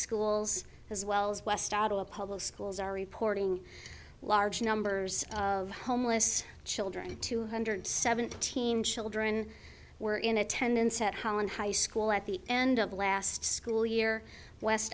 schools as well as west out of the public schools are reporting large numbers of homeless children two hundred seventeen children were in attendance at holland high school at the end of last school year west